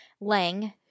lang